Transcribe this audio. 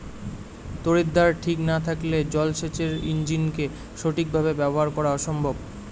তড়িৎদ্বার ঠিক না থাকলে জল সেচের ইণ্জিনকে সঠিক ভাবে ব্যবহার করা অসম্ভব